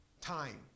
time